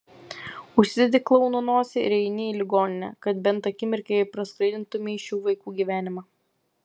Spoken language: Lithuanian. užsidedi klouno nosį ir eini į ligoninę kad bent akimirkai praskaidrintumei šių vaikų gyvenimą